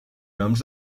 noms